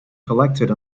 collected